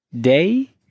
Day